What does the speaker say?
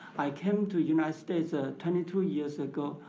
i came to united states twenty two ah years ago.